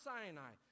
Sinai